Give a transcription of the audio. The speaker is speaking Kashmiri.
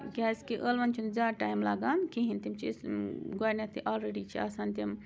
کیٛازِ کہِ ٲلوَن چھُ نہٕ زیادٕ ٹایم لگان کِہینۍ تِم چھِ أسۍ گۄڈٕنیتھے آلریڈی چھِ آسان تِم